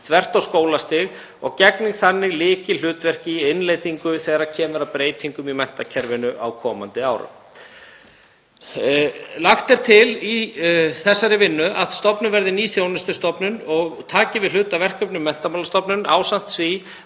þvert á skólastig og gegnir þannig lykilhlutverki í innleiðingu þegar kemur að breytingum í menntakerfinu á komandi árum. Lagt er til í þessari vinnu að stofnuð verði ný þjónustustofnun sem taki við hluta af verkefnum Menntamálastofnunar ásamt því